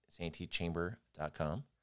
santeechamber.com